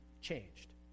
changed